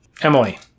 Emily